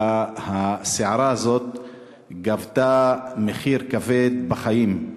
אלא הסערה הזאת גבתה מחיר כבד בחיים.